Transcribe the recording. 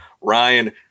Ryan